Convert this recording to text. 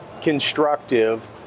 constructive